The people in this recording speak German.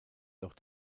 doch